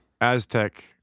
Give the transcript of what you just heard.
Aztec